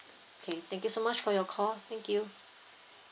K thank you so much for your call thank you